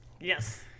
Yes